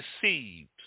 deceived